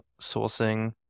sourcing